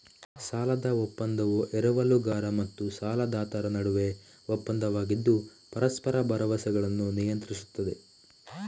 ಸಾಲದ ಒಪ್ಪಂದವು ಎರವಲುಗಾರ ಮತ್ತು ಸಾಲದಾತರ ನಡುವಿನ ಒಪ್ಪಂದವಾಗಿದ್ದು ಪರಸ್ಪರ ಭರವಸೆಗಳನ್ನು ನಿಯಂತ್ರಿಸುತ್ತದೆ